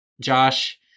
josh